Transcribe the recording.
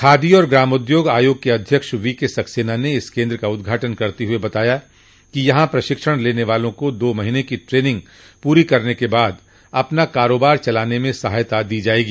खादी और ग्रामोद्योग आयोग के अध्यक्ष वीके सक्सेना ने इस केन्द्र का उद्घाटन करत हुए बताया कि यहां प्रशिक्षण लेने वालों को दो महीने की ट्रेनिंग पूरी करने के बाद अपना कारोबार चलाने में सहायता दी जायेगी